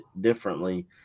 differently